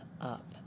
up